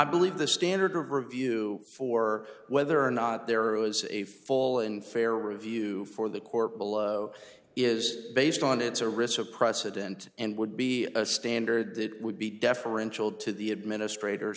believe the standard of review for whether or not there arose a full and fair review for the court below is based on it's a risk of precedent and would be a standard that would be deferential to the administrators